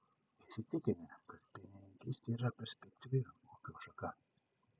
įsitikinę kad pienininkystė yra perspektyvi ūkio šaka